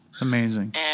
Amazing